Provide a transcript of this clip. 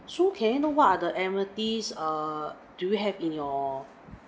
so can I know what are the amenities uh do you have in your